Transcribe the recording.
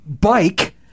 bike